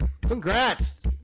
Congrats